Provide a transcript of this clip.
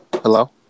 Hello